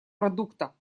продукта